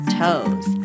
toes